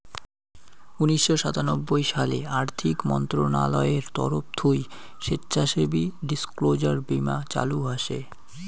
উনিশশো সাতানব্বই সালে আর্থিক মন্ত্রণালয়ের তরফ থুই স্বেচ্ছাসেবী ডিসক্লোজার বীমা চালু হসে